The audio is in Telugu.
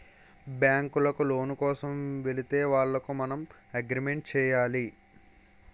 బ్యాంకులకు లోను కోసం వెళితే వాళ్లకు మనం అగ్రిమెంట్ చేయాలి